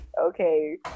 Okay